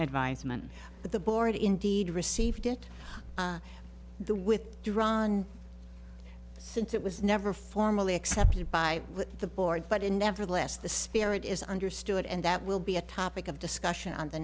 advisement the board indeed received it the withdrawn since it was never formally accepted by the board but in nevertheless the spirit is understood and that will be a topic of discussion on the